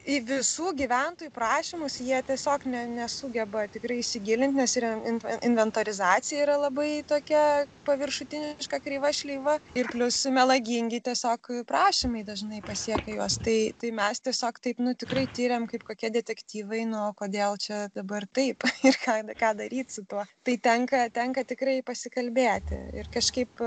į visų gyventojų prašymus jie tiesiog ne nesugeba tikrai įsigilint nes yra in inventorizacija yra labai tokia paviršutiniška kreiva šleiva ir plius melagingi tiesiog prašymai dažnai pasiekia juos tai tai mes tiesiog taip nu tiriam kaip kokie detektyvai nu kodėl čia dabar taip ir ką ką daryt su tuo tai tenka tenka tikrai pasikalbėti ir kažkaip